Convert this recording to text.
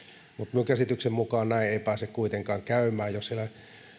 minun käsitykseni mukaan näin ei pääse kuitenkaan käymään jos siellä